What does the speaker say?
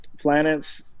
planets